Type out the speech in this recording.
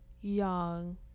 young